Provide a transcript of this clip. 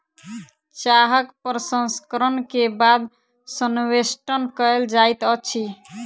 चाहक प्रसंस्करण के बाद संवेष्टन कयल जाइत अछि